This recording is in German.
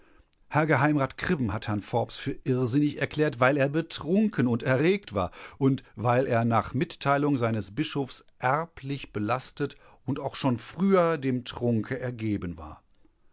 herr geheimrat kribben hat herrn forbes für irrsinnig erklärt weil er betrunken und erregt war und weil er nach mitteilung seines bischofs erblich belastet und auch schon früher dem trunke ergeben war